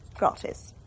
gratis.